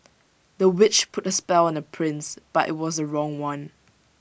the witch put A spell on the prince but IT was the wrong one